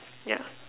yeah